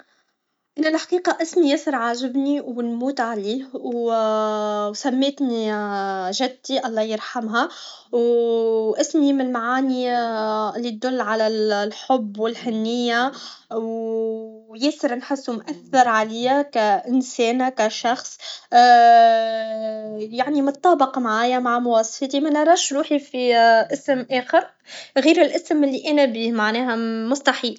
انا لحقيقه اسمي ياسر عاجبني و نموت عليه و سماتني جدتي الله يرحمها و اسمي من معاني الي تدل على الحب و الحنيه و ياسر نحسو ماثر عليا كانسانه كشخض يعني مطابق معايا مع مواصفاتي منراش روحي في اسم اخر غير الاسم لي انا بيه معناها مستحيل